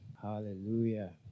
Hallelujah